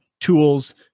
tools